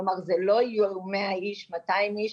כלומר אלו לא יהיו מאה איש או מאתיים איש,